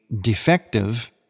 defective